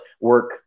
work